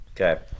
Okay